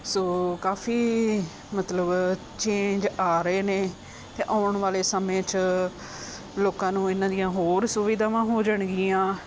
ਸੋ ਕਾਫੀ ਮਤਲਬ ਚੇਂਜ ਆ ਰਹੇ ਨੇ ਅਤੇ ਆਉਣ ਵਾਲੇ ਸਮੇਂ 'ਚ ਲੋਕਾਂ ਨੂੰ ਇਹਨਾਂ ਦੀਆਂ ਹੋਰ ਸੁਵਿਧਾਵਾਂ ਹੋ ਜਾਣਗੀਆਂ